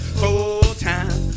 full-time